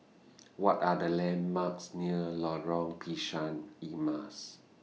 What Are The landmarks near Lorong Pisang Emas